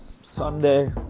Sunday